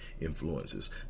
influences